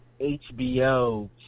HBO